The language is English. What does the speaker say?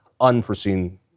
unforeseen